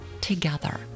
together